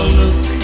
look